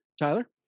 tyler